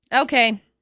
Okay